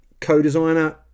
co-designer